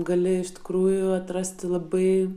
gali iš tikrųjų atrasti labai